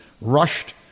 rushed